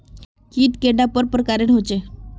कीट कैडा पर प्रकारेर होचे?